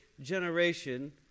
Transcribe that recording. generation